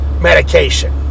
medication